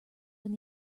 when